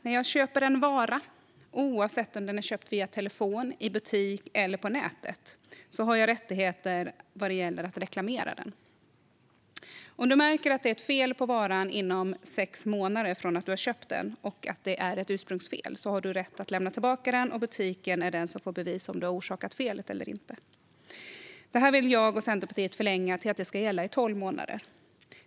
När jag har köpt en vara, oavsett om den är köpt via telefon, i butik eller på nätet, har jag rättigheter när det gäller att reklamera den. Om du märker att det är ett fel på en vara inom sex månader från att du har köpt den och om det är ett ursprungsfel har du rätt att lämna tillbaka den. Det är butiken som får bevisa att du har orsakat felet eller inte. Detta vill jag och Centerpartiet förlänga till att det ska gälla i tolv månader.